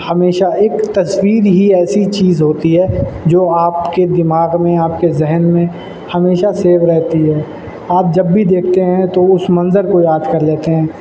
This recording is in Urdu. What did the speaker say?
ہمیشہ ایک تصویر ہی ایسی چیز ہوتی ہے جو آپ کے دماغ میں آپ کے ذہن میں ہمیشہ سیو رہتی ہے آپ جب بھی دیکھتے ہیں تو اس منظر کو یاد كر لیتے ہیں